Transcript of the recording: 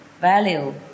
value